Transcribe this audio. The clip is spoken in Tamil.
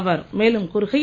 அவர் மேலும் கூறுகையில்